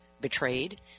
betrayed